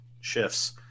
shifts